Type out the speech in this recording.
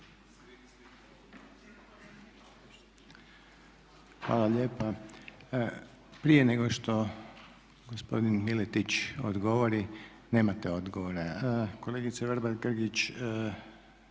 Hvala lijepa. Prije nego što gospodin Miletić odgovori, nemate odgovor. Kolegice Vrbat Grgić